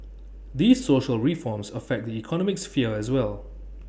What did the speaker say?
these social reforms affect the economic sphere as well